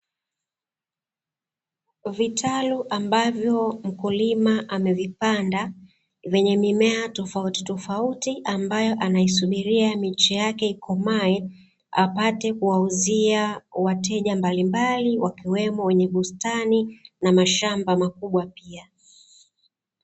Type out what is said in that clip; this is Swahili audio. Vitalu ambavyo mkulima amevipanda vyenye mimea tofauti tofauti ambayo anaisubiria miche yake ikomae apate kuwauzia wateja mbalimbali, wakiwemo wenye bustani na mashamba makubwa pia.